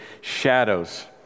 shadows